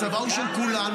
הצבא הוא של כולנו,